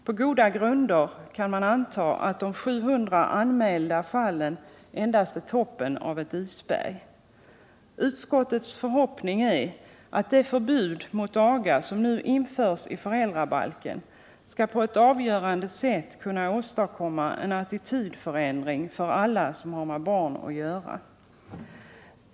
På goda grunder finns det anledning att anta, att de 700 anmälda fallen endast är toppen av ett isberg. Utskottets förhoppning är, att det förbud mot aga som nu införs i föräldrabalken skall på ett avgörande sätt kunna åstadkomma en attitydförändring hos alla dem som har med barn att göra.